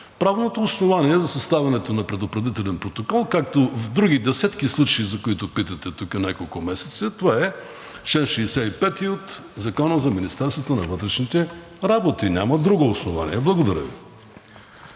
Правното основание за съставянето на предупредителен протокол, както в други десетки случаи, за които питате тук няколко месеца, това е чл. 65 от Закона за Министерството на вътрешните работи. Няма друго основание. Благодаря Ви.